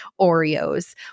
Oreos